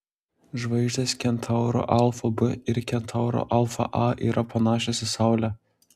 žvaigždės kentauro alfa b ir kentauro alfa a yra panašios į saulę